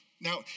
Now